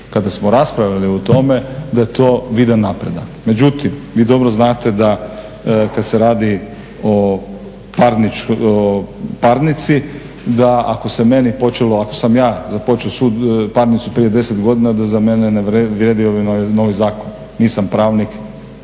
kada smo raspravljali o tome da je to vidan napredak. Međutim, vi dobro znate da kad se radi o parnici da ako se meni počelo, ako sam ja započeo parnicu prije 10 godina da za mene ne vrijedi ovaj novi zakon. Nisam pravnik,